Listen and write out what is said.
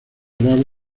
graves